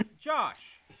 Josh